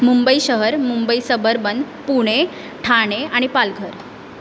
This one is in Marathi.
मुंबई शहर मुंबई सबर्बन पुणे ठाणे आणि पालघर